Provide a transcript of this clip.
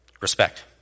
Respect